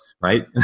Right